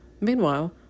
meanwhile